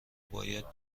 باید